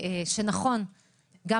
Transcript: שנכון להקים ועדת בריאות,